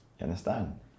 understand